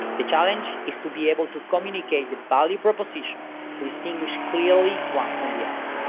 the challenge is to be able to communicate the value proposition to distinguish clearly one from the other.